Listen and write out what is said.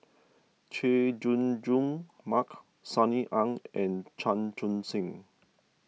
Chay Jung Jun Mark Sunny Ang and Chan Chun Sing